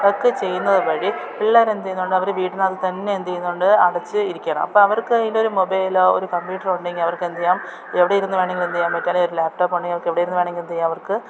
അവർക്ക് ചെയ്യുന്നത് വഴി പിള്ളേർ എന്തു ചെയ്യുന്നുണ്ട് അവർ വീട്ടിനകത്ത് തന്നെ എന്ത് ചെയ്യുന്നുണ്ട് അടച്ചു ഇരിക്കണം അപ്പം അവർക്ക് അതിൻ്റെ മൊബൈലോ ഒരു കമ്പ്യൂട്ടറ ഉണ്ടെങ്കിൽ അവർ എന്ത് ചെയ്യും എവിടെ നിന്ന് വേണമെങ്കിലും എന്ത് ചെയ്യാൻ പറ്റും ഒരു ലാപ്ടോപ്പുണ്ടെങ്കിൽ എവിടെ വേണമെങ്കിലും എന്ത് ചെയ്യാം അവർക്ക്